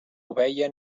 ovella